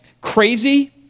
crazy